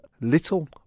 Little